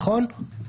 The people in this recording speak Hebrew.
נכון?